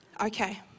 Okay